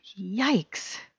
Yikes